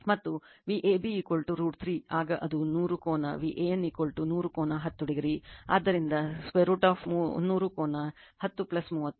ಮತ್ತು Vab √ 3 ಆಗ ಅದು 100 ಕೋನ Van 100 ಕೋನ 10o ಆದ್ದರಿಂದ √ 300 ಕೋನ 10 30